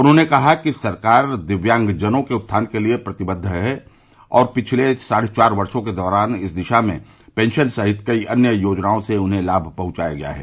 उन्होंने कहा कि सरकार दिव्यांगजनों के उत्थान के लिये प्रतिबद्व है और पिछले साढ़े चार वर्षो के दौरान इस दिशा में पेंशन सहित अन्य कई योजनाओं से उन्हें लाम पहुंचाया गया है